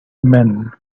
men